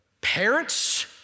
parents